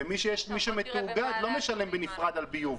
מי שמתואגד לא משלם בנפרד על ביוב.